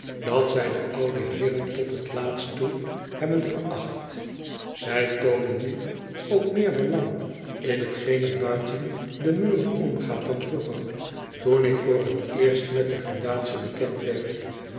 dat zij de oudo heeren tot t laatst toe hebben veracht zij toonen nu ook meer belang in t geen er buiten de muren omgaat dan vroeger toen ik voor t eerst met de fundatie bekend werd